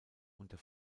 unter